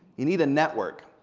you need a network,